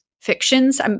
fictions